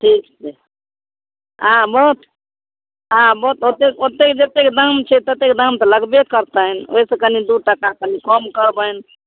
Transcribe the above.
ठीक छै आबथु आबथु ओतेक ओतेक जतेक दाम छै ततेक दाम तऽ लगबे करतनि ओहिसँ कनि दू टका कनि कम करबनि